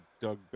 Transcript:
Doug